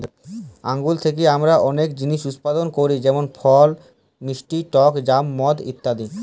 আঙ্গুর থ্যাকে আমরা অলেক জিলিস উৎপাদল ক্যরি যেমল ফল, মিষ্টি টক জ্যাম, মদ ইত্যাদি